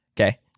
Okay